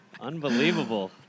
Unbelievable